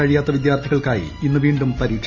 കഴിയാത്ത വിദ്യാർത്ഥികൾക്ക്കായി ഇന്ന് വീണ്ടും പരീക്ഷ